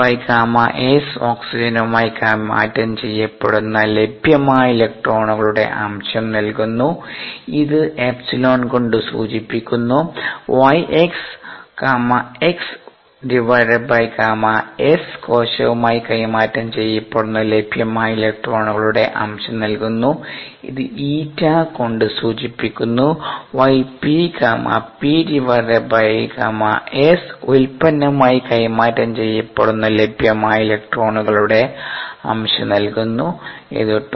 4b Γs ഓക്സിജനുമായി കൈമാറ്റം ചെയ്യപ്പെടുന്ന ലഭ്യമായ ഇലക്ട്രോണുകളുടെ അംശം നൽകുന്നു ഇത് ε കൊണ്ട് സൂചിപ്പിക്കുന്നു yx Γx Γs കോശവുമായി കൈമാറ്റം ചെയ്യപ്പെടുന്ന ലഭ്യമായ ഇലക്ട്രോണുകളുടെ അംശം നൽകുന്നു ഇത് η കൊണ്ട് സൂചിപ്പിക്കുന്നു yp Γp Γs ഉൽപന്നവുമായി കൈമാറ്റം ചെയ്യപ്പെടുന്ന ലഭ്യമായ ഇലക്ട്രോണുകളുടെ അംശം നൽകുന്നു ഇത് ζ